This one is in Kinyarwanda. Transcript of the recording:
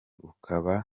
ukaba